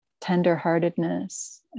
tenderheartedness